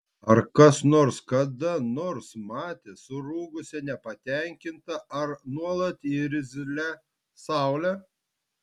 ar kas nors kada nors matė surūgusią nepatenkintą ar nuolat irzlią saulę